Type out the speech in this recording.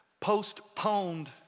Postponed